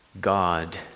God